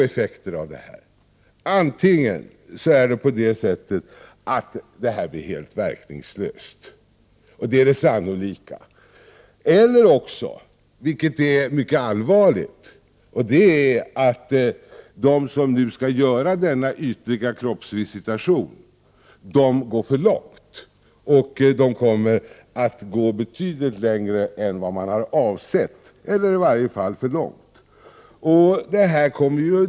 Effekterna av förslaget kan bli två: Antingen blir lagen helt verkningslös — detta är det sannolika — eller också kommer de som skall göra den ytliga kroppsvisitationen att gå för långt, och det är mycket allvarligt. De kommer under sådana förhållanden att gå betydligt längre än vad som avsetts.